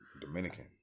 Dominican